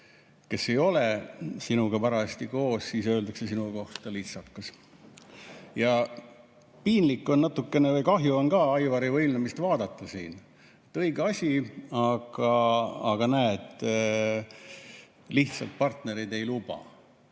kes ei ole sinuga parajasti koos, siis öeldakse sinu kohta litsakas. Piinlik on natukene või kahju on ka Aivari võimlemist vaadata siin. Õige asi, aga näed, lihtsalt partnerid ei luba